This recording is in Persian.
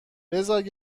بزار